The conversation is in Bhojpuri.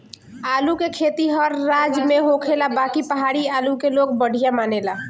आलू के खेती हर राज में होखेला बाकि पहाड़ी आलू के लोग बढ़िया मानेला